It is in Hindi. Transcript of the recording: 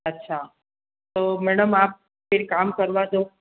अच्छा तो मैडम आप फिर काम करवा दो